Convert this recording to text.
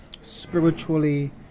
spiritually